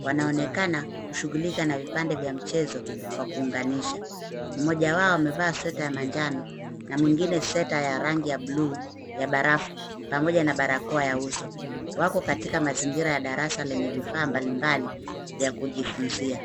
Wanaonekana kushughulika na vipande vya mchezo wa kuunganisha. Mmoja wao amevaa sweta ya manjano na mwingine sweta ya rangi ya bluu ya barafu pamoja na barakoa ya uso. Wako katika mazingira ya darasa lenye vifaa mbalimbali vya kujifunzia.